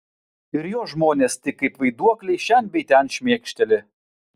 ir jo žmonės tik kaip vaiduokliai šen bei ten šmėkšteli